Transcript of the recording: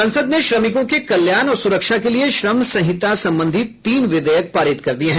संसद ने श्रमिकों के कल्याण और सुरक्षा के लिए श्रम संहिता संबंधी तीन विधेयक पारित कर दिए हैं